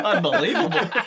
Unbelievable